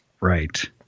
Right